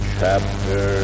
chapter